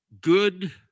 good